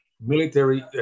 military